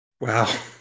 Wow